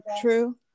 true